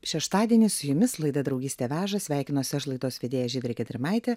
šeštadienis su jumis laida draugystė veža sveikinuosi aš laidos vedėja žydrė gedrimaitė